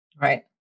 right